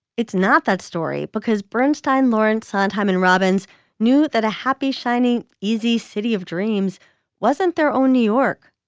it's not that story because brownstein lawrence sondheim in robbins knew that a happy shiny easy city of dreams wasn't their own new york.